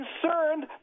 concerned